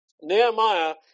Nehemiah